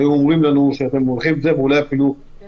היו אומרים לנו ללכת כך ואולי לא מספיק